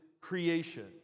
creation